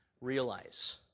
Realize